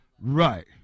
Right